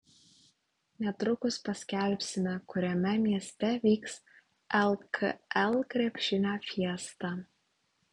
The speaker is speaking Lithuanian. netrukus paskelbsime kuriame mieste vyks lkl krepšinio fiesta